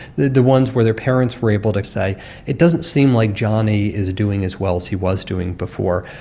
the the ones where their parents were able to say it doesn't seem like johnny is doing as well as he was doing before,